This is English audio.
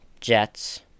Jets